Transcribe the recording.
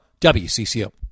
WCCO